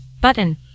button